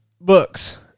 books